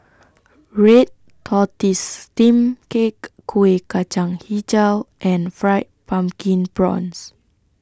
Red Tortoise Steamed Cake Kueh Kacang Hijau and Fried Pumpkin Prawns